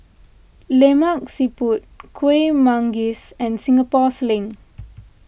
Lemak Siput Kuih Manggis and Singapore Sling